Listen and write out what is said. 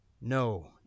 No